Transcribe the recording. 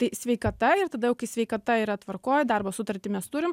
tai sveikata ir tada jau kai sveikata yra tvarkoj darbo sutartį mes turim